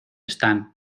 están